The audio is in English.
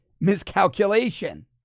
miscalculation